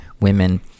women